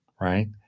right